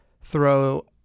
throw